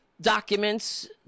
documents